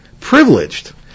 privileged